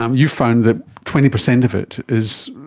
um you've found that twenty percent of it is